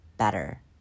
better